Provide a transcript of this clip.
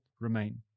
remain